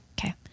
okay